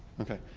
okay.